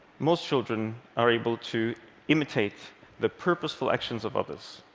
most children are able to imitate the purposeful actions of others.